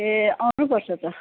ए आउनु पर्छ त